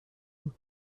بود